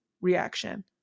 reaction